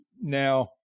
now